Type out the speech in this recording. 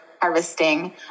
harvesting